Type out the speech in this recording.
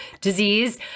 disease